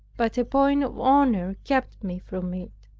but a point of honor kept me from it.